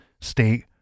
state